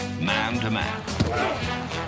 man-to-man